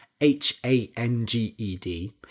H-A-N-G-E-D